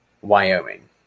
Wyoming